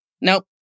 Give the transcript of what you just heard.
Nope